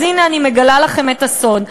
אז הנה אני מגלה לכם את הסוד.